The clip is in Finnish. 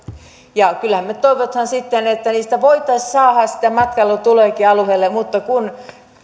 kyllähän me toivomme että niistä voitaisiin saada niitä matkailutulojakin alueelle mutta